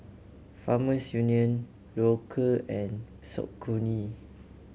Farmers Union Loacker and Saucony